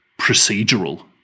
procedural